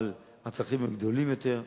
אבל הצרכים הם גדולים יותר.